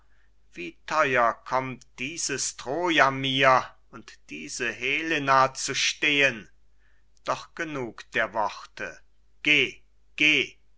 wie theuer kommt dieses troja mir und diese helena zu stehen doch genug der worte geh geh